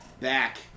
back